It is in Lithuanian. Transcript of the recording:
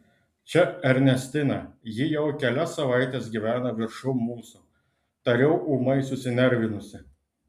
čia ernestina ji jau kelias savaites gyvena viršum mūsų tariau ūmai susinervinusi